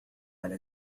على